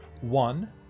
One